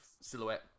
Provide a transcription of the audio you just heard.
silhouette